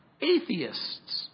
atheists